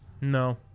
No